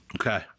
Okay